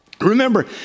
Remember